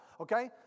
Okay